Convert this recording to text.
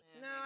No